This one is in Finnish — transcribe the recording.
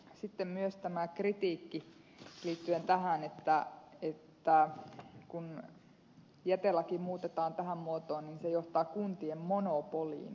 sitten on myös esitetty kritiikkiä liittyen siihen että kun jätelaki muutetaan tähän muotoon niin se johtaa kuntien monopoliin